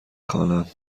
خوانم